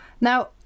Now